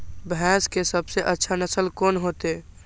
भैंस के सबसे अच्छा नस्ल कोन होते?